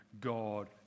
God